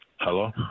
Hello